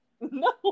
No